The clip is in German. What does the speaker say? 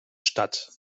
statt